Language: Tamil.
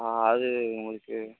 ஆ அது உங்களுக்கு